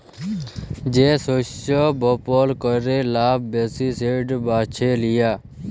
যে শস্য বপল ক্যরে লাভ ব্যাশি সেট বাছে লিয়া